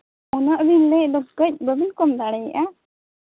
ᱩᱱᱟᱹᱜ ᱵᱤᱱ ᱞᱟᱹᱭᱮᱫ ᱫᱚ ᱠᱟ ᱡ ᱵᱟᱹᱵᱤᱱ ᱠᱚᱢ ᱫᱟᱲᱮᱭᱟᱜᱼᱟ